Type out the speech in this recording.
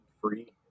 free